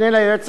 פלילי,